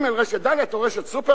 רשת ד' או רשת סופרמרקט,